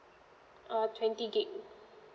uh twenty gig